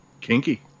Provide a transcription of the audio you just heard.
Kinky